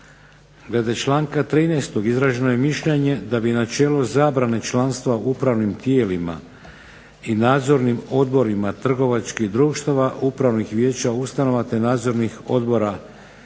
Glede članka 13. izraženo je mišljenje da bi načelo zabrane članstva u upravnim tijelima i nadzornim odborima trgovačkih društava, upravnih vijeća ustanova te nadzornih odbora